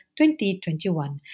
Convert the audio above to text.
2021